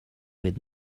with